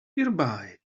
nearby